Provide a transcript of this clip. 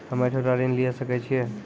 हम्मे छोटा ऋण लिये सकय छियै?